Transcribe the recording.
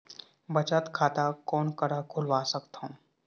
बचत खाता कोन करा खुलवा सकथौं?